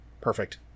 perfect